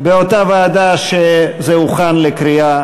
21 בעד, אין מתנגדים או נמנעים.